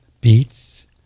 beets